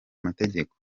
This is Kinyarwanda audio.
amategeko